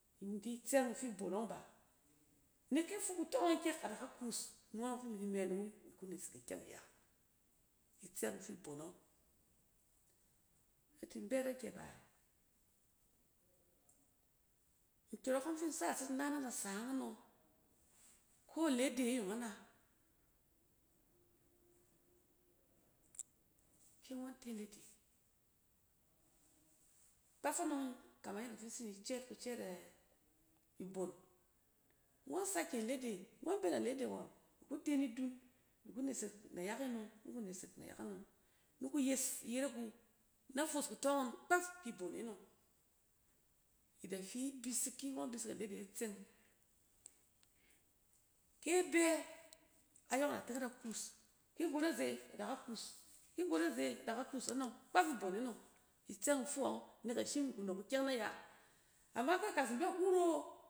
In di tsɛng ifi ibon nↄg ba. Nek kɛ a fok kutↄ ngↄn kyɛk, ad aka kuus, ngↄnↄg fi imi mɛ ni wu, iku nesek ikyɛng iya. Itsɛng ifi ibon nↄng. In da tin bɛt akyɛ ba yɛ? Nkyↄrↄk ↄng fi in sas yit na nasa yↄng anↄng. Koa lade yong ana, ki ngↄn te a lede, kpaf anↄng kamang yadda fi in tsin di cɛɛt kucɛɛt a-ibon. Ngↄn sake lede, ngↄn be na lede ngↄn, iku te ni dun, iku nasek nayak e nↄng, niku nesek nayak e nↄng, ni kuyes iyerek wu, na foos kutↄ ngↄn kpaf ki bon e nↄng, di fi bisik, ki ngↄn bisik a lede tseng, ke bɛ, ayↄng ada tong ada kuus. Ki got aze ad aka kuus, ki got aze adaka kuus anↄng kpaf ibon e nↄng. Itsɛng ifu yↄng nek ashin ni ku nↄk ikyɛng nay a ara kɛ kak tsin bɛ kuro.